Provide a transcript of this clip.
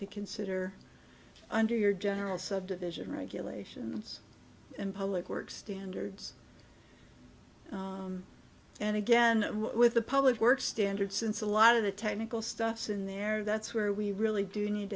to consider under your general subdivision regulations and public works standards and again with the public works standard since a lot of the technical stuff in there that's where we really do need